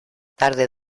tarde